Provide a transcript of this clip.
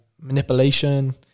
Manipulation